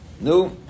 No